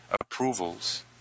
approvals